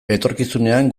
etorkizunean